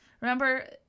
Remember